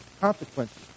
consequences